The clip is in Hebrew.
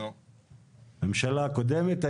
ממשלה הקודמת.